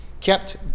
kept